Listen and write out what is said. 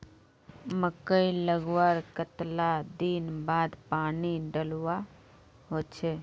मकई लगवार कतला दिन बाद पानी डालुवा होचे?